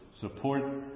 support